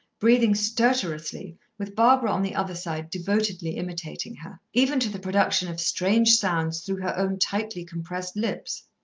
breathing stertorously with barbara on the other side devotedly imitating her, even to the production of strange sounds through her own tightly-compressed lips.